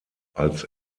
als